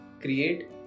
create